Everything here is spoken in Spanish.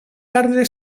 tarde